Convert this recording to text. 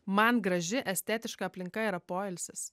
man graži estetiška aplinka yra poilsis